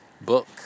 book